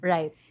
Right